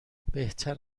بهتر